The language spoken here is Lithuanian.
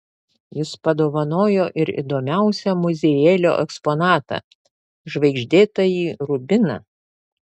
jis padovanojo ir įdomiausią muziejėlio eksponatą žvaigždėtąjį rubiną